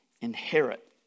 inherit